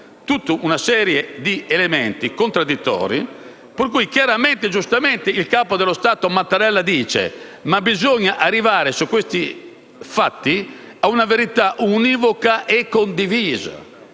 tutta una serie di elementi contraddittori, per cui chiaramente e giustamente il capo dello Stato Mattarella dice che bisogna arrivare, su questi fatti, ad una verità univoca e condivisa.